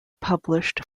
published